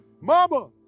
Mama